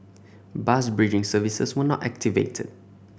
bus bridging services were not activated